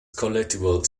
collectible